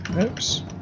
Oops